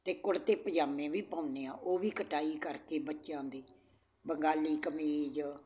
ਅਤੇ ਕੁੜਤੇ ਪਜਾਮੇ ਵੀ ਪਾਉਂਦੇ ਹਾਂ ਉਹ ਵੀ ਕਟਾਈ ਕਰਕੇ ਬੱਚਿਆਂ ਦੀ ਬੰਗਾਲੀ ਕਮੀਜ਼